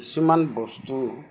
কিছুমান বস্তু